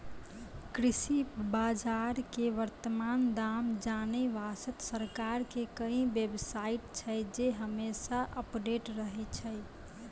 कृषि बाजार के वर्तमान दाम जानै वास्तॅ सरकार के कई बेव साइट छै जे हमेशा अपडेट रहै छै